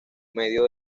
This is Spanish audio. medio